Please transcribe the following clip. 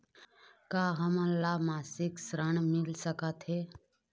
का हमन ला मासिक ऋण मिल सकथे?